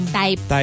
type